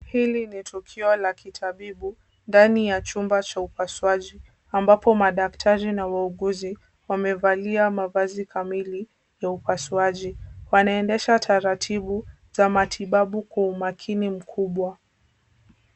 Hili ni tukio la kitabibu ndani ya chumba cha upasuaji ambapo madaktari na wauguzi wamevalia mavazi kamili ya upasuaji, wanaendesha taratibu za matibabu kwa umakini mkubwa.